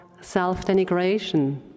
self-denigration